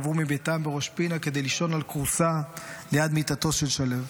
עברו מביתם בראש פינה כדי לישון על כורסה ליד מיטתו של שליו.